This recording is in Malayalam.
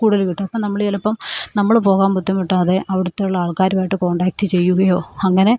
കൂടുതൽ കിട്ടും അപ്പം നമ്മൾ ചിലപ്പം നമ്മൾ പോകാൻ ബുദ്ധിമുട്ടാതെ അവിടുത്തെ ഉള്ള ആൾക്കാരുമായിട്ട് കോണ്ടാക്ട് ചെയ്യുകയോ അങ്ങനെ